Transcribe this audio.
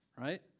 right